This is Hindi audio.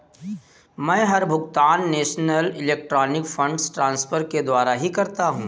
मै हर भुगतान नेशनल इलेक्ट्रॉनिक फंड्स ट्रान्सफर के द्वारा ही करता हूँ